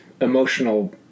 emotional